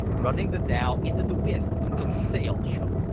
running the dhow into the wind until the sail shook.